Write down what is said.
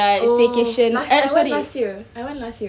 oh I went last year I went last year